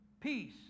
peace